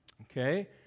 okay